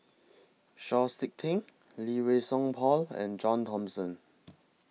Chau Sik Ting Lee Wei Song Paul and John Thomson